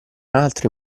altro